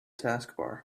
taskbar